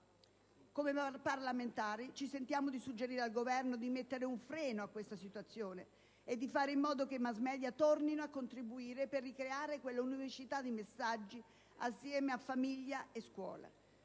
Come parlamentari, ci sentiamo di suggerire al Governo di mettere un freno a questa situazione e di fare in modo che i *mass media* tornino a contribuire per ricreare quella univocità di messaggi che è necessaria, assieme a famiglia e scuola.